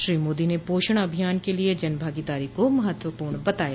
श्री मोदी ने पोषण अभियान के लिए जनभागीदारी को महत्वपूर्ण बताया